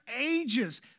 ages